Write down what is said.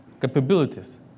capabilities